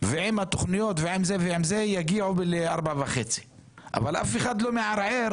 ועם התוכניות יגיעו ל-4.5 מטרים אבל אף אחד לא מערער